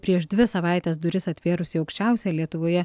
prieš dvi savaites duris atvėrusį aukščiausią lietuvoje